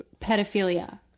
pedophilia